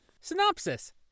Synopsis